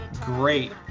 great